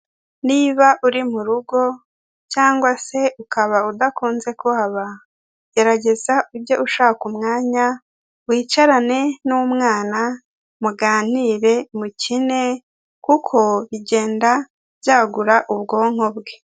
Niba uri mu rugo cyangwa se ukaba udakunze kuhaba, gerageza ujye ushaka umwanya wicarane n'umwana muganire, mukine kuko bigenda byagura ubwonko bwe.